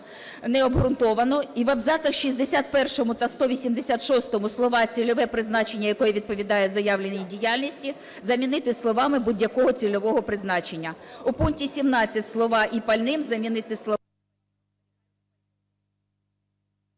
необґрунтовано. І в абзацах 61 та 186 слова "цільове призначення, яке відповідає заявленій діяльності" замінити словами "будь-якого цільового призначення". У пункті 17 слова "і пальним" замінити словами…